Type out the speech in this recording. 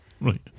Right